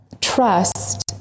trust